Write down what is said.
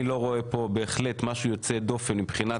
אני לא רואה פה בהחלט משהו יוצא דופן מבחינת סד הזמנים.